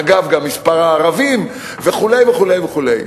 אגב, גם מספר הערבים וכו' וכו'.